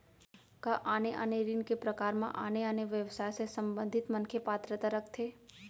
का आने आने ऋण के प्रकार म आने आने व्यवसाय से संबंधित मनखे पात्रता रखथे?